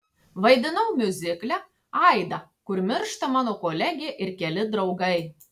vaidinau miuzikle aida kur miršta mano kolegė ir keli draugai